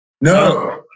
no